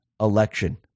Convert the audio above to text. election